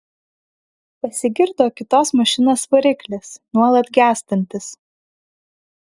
pasigirdo kitos mašinos variklis nuolat gęstantis